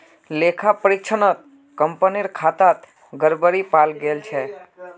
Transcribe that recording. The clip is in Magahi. लेखा परीक्षणत कंपनीर खातात गड़बड़ी पाल गेल छ